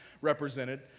represented